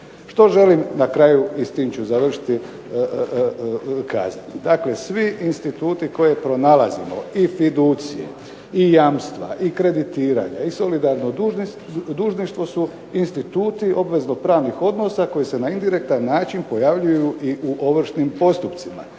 Što želim na kraju i s tim ću završiti kazati? Dakle, svi instituti koje pronalazimo, i fiducije, i jamstva i kreditiranja i solidarno dužninštvo su instituti obvezno-pravnih odnosa koji se na indirektan način pojavljuju i u ovršnim postupcima.